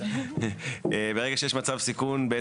ברגע שיש מצב סיכון,